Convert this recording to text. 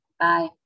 bye